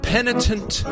Penitent